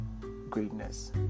greatness